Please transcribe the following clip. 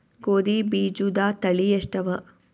ಗೋಧಿ ಬೀಜುದ ತಳಿ ಎಷ್ಟವ?